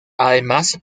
además